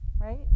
right